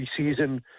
preseason